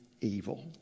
evil